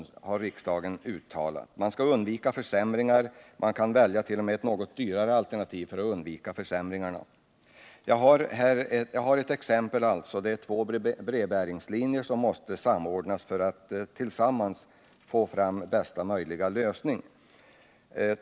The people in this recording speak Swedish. Det har riksdagen uttalat. Man skall undvika försämringar. Man kan t.o.m. välja ett något dyrare alternativ för att undvika försämringar i postservicen på landsbygden. I det exempel jag talar om är det två brevbäringslinjer som måste samordnas för att man skall få fram bästa möjliga lösning.